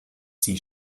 sie